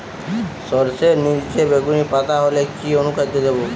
সরর্ষের নিলচে বেগুনি পাতা হলে কি অনুখাদ্য দেবো?